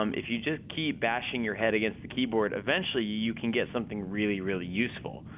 um if you just keep bashing your head against the keyboard, eventually you can get something really really useful.